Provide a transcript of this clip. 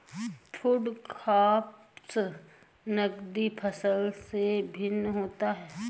food crops नगदी फसल से भिन्न होता है